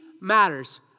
matters